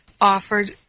offered